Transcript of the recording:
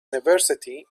university